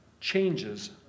changes